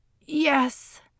Yes